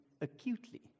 acutely